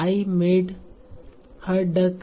I made her duck